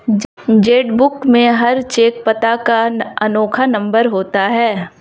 check book में हर cheque पता का अनोखा नंबर होता है